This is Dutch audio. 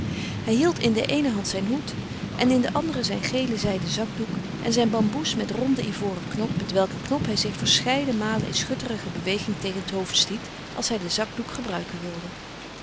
hij hield in de eene hand zijn hoed en in de andere zijn gelen zijden zakdoek en zijn bamboes met ronden ivoren knop met welken knop hij zich verscheiden malen in schutterige beweging tegen t hoofd stiet als hij den zakdoek gebruiken wilde